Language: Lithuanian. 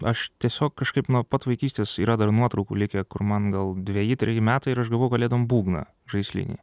aš tiesiog kažkaip nuo pat vaikystės yra dar nuotraukų likę kur man gal dveji treji metai ir aš gavau kalėdom būgną žaislinį